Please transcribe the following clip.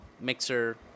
mixer